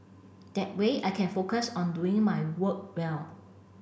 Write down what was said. that way I can focus on doing my work well